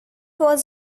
was